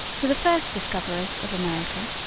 to the first discoverers of america,